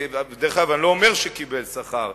דרך אגב, אני לא אומר שהוא קיבל שכר.